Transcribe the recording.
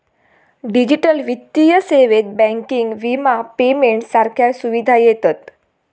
digital वित्तीय सेवेत banking, विमा, पेमेंट सारख्या सुविधा येतत